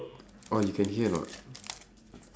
orh you can hear or not